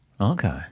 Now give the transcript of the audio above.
Okay